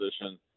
position